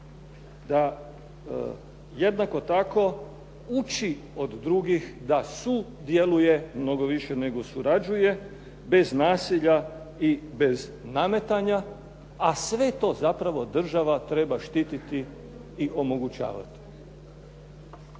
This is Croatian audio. da jednako tako uči od drugih da sudjeluje mnogo više nego surađuje, bez nasilja i bez nametanja, a sve to zapravo država treba štititi i omogućavati.